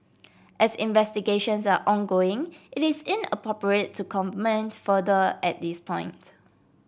as investigations are ongoing it is inappropriate to comment further at this point